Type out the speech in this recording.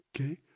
Okay